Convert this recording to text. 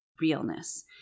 realness